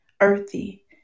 Earthy